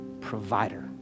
provider